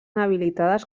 habilitades